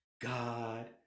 God